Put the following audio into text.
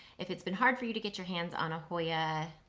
if it's been hard for you to get your hands on a hoya,